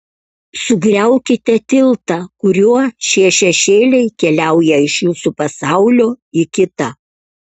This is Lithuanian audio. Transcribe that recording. sugriaukite tiltą kuriuo šie šešėliai keliauja iš jūsų pasaulio į kitą